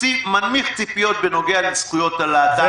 מנמיך ציפיות בנוגע לזכויות הלהט"בים.